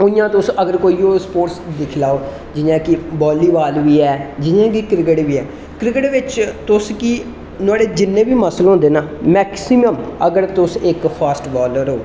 उ'आं तुस अगर कोई होर दिक्खी लैओ जि'यां कि वालीबॉल बी ऐ जि'यां क्रिकेट बी ऐ क्रिकेट बिच्च तुस की नुआढ़े जिन्ने बी मसल हुंदे ना मैक्सीमम अगर तुस इक फास्ट बालर हो